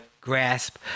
grasp